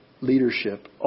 leadership